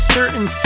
certain